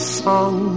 song